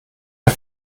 der